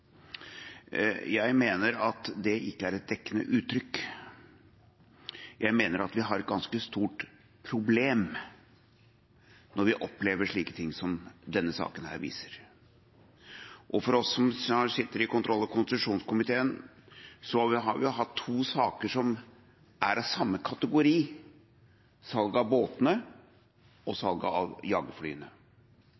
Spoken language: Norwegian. Jeg mener at det ikke er et dekkende uttrykk. Jeg mener at vi har et ganske stort problem når vi opplever slike ting som denne saken viser. Vi som sitter i kontroll- og konstitusjonskomiteen, har hatt to saker som er av samme kategori: salget av båtene og